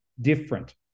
different